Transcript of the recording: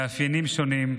מאפיינים שונים.